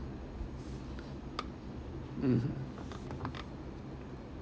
mmhmm